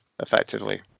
effectively